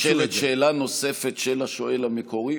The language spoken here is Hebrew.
נשאלת שאלה נוספת של השואל המקורי,